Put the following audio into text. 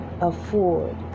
afford